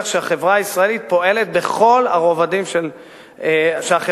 שהחברה האזרחית פועלת בכל רבדיה של החברה.